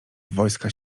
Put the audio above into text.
wojska